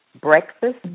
Breakfast